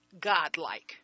godlike